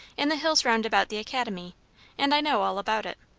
in the hills round about the academy and i know all about it.